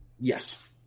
Yes